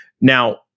Now